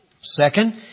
Second